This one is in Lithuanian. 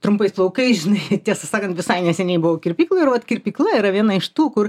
trumpais plaukais žinai tiesą sakant visai neseniai buvau kirpykloj ir vat kirpykla yra viena iš tų kur